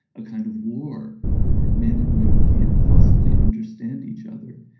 a kind of war where men and women can't possibly understand each other.